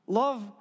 love